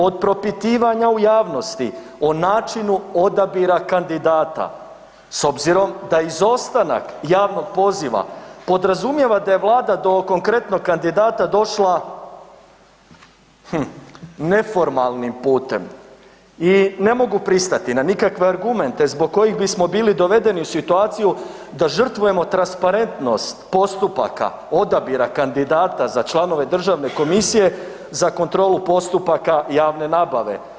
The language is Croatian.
Od propitivanja u javnosti, o načinu odabira kandidata s obzirom da je izostanak javnog poziva podrazumijeva da je Vlada do konkretnog kandidata došla, neformalnim putem i ne mogu pristati na nikakve argumente zbog kojih bismo bili dovedeni u situaciju da žrtvujemo transparentnost postupaka odabira za kandidata za članove Državne komisije za kontrolu postupaka javne nabave.